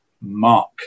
Mark